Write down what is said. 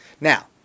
Now